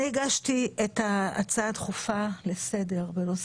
אני לא מצליחה להבין למה אתם